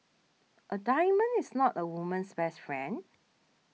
a diamond is not a woman's best friend